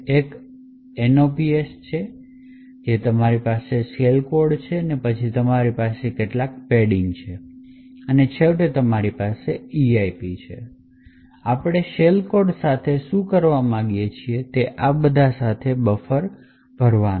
એક nops છે પછી તમારી પાસે શેલ કોડ છે પછી તમારી પાસે કેટલાક પેડિંગ છે અને છેવટે તમારી પાસે EIP છે આપણે શેલ કોડ સાથે શું કરવા માંગીએ છીએ તે છે આ બધા સાથે બફર ભરવાનું